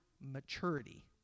maturity